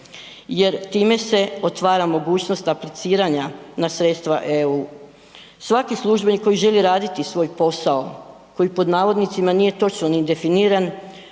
jer time se otvara mogućnost apliciranja na sredstva EU. Svaki službenik koji želi raditi svoj posao, koji pod navodnicima nije točno ni definiran,